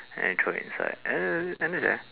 then you throw inside and then then that's it lah